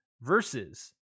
versus